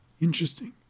Interesting